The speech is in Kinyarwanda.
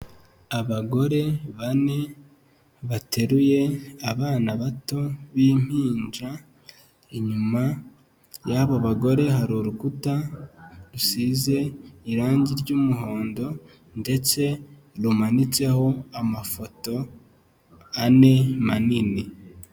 Abagore bane bateruye abana bato b'impinja, inyuma y'abo bagore hari urukuta rusize irangi ry'umuhondo ndetse rumanitseho amafoto ane manini.